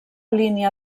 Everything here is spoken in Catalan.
línia